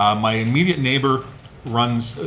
um my immediate neighbor runs,